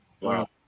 Wow